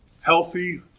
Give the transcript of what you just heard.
Healthy